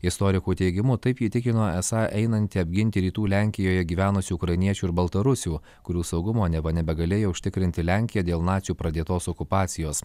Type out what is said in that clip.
istorikų teigimu taip įtikino esą einanti apginti rytų lenkijoje gyvenusių ukrainiečių ir baltarusių kurių saugumo neva nebegalėjo užtikrinti lenkija dėl nacių pradėtos okupacijos